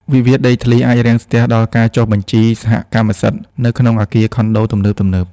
វិវាទដីធ្លីអាចរាំងស្ទះដល់ការចុះបញ្ជីសហកម្មសិទ្ធិ នៅក្នុងអគារខុនដូទំនើបៗ។